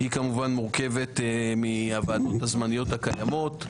היא כמובן מורכבת מהוועדות הזמניות הקיימות,